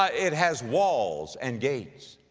ah it has walls and gates.